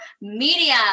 media